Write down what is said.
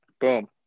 Boom